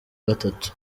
gatatu